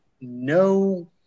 no